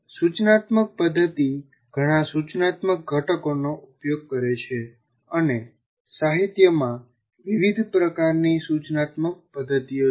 સૂચનાત્મક પદ્ધતિ ઘણાં સૂચનાત્મક ઘટકોનો ઉપયોગ કરે છે અને સાહિત્યમાં વિવિધ પ્રકારની સૂચનાત્મક પદ્ધતિઓ છે